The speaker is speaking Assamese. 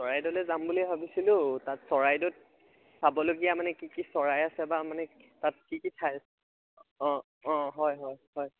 চৰাইদেউলৈ যাম বুলি ভাবিছিলোঁ তাত চৰাইদেউত চাবলগীয়া মানে কি কি চৰাই আছে বা মানে তাত কি কি ঠাইছে অঁ অঁ হয় হয় হয়